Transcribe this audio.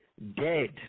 Dead